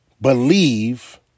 believe